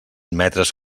metres